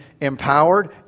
empowered